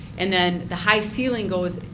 and then the high ceiling goes